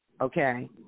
okay